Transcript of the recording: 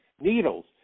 needles